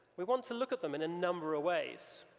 we want to look at them in a number of ways.